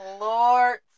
Lord